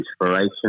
inspiration